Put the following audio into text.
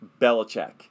Belichick